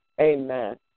Amen